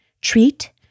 treat